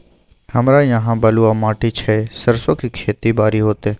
हमरा यहाँ बलूआ माटी छै सरसो के खेती बारी होते?